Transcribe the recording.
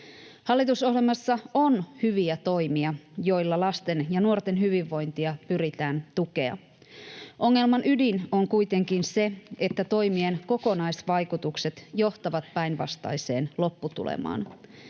Hallitusohjelmassa on hyviä toimia, joilla lasten ja nuorten hyvinvointia pyritään tukemaan. Ongelman ydin on kuitenkin se, että toimien kokonaisvaikutukset johtavat päinvastaiseen lopputulemaan.